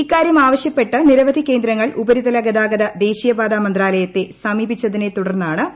ഇക്കാര്യം ആവശ്യപ്പെട്ട് നിരവധി കേന്ദ്രങ്ങൾ ഉപരിതല ഗതാഗത ദേശീയപാത മന്ത്രാലയത്തെ സ്യമീപിച്ചതിനെ തുടർന്നാണ് തീരുമാനം